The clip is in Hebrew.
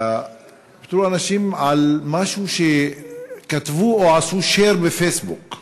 פוטרו אנשים על משהו שכתבו או עשו share בפייסבוק,